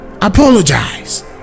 Apologize